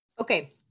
Okay